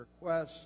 requests